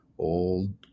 old